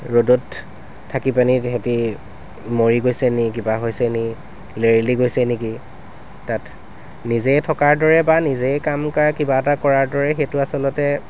ৰ'দত থাকি পেনি তাহাঁতি মৰি গৈছে নি কিবা হৈছে নি লেৰেলি গৈছে নেকি তাত নিজে থকাৰ দৰে বা নিজে কাম কৰাৰ দৰে কিবা এটা কৰাৰ দৰে সেইটো আচলতে